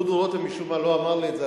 דודו רותם משום מה לא אמר לי את זה,